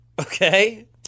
Okay